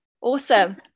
awesome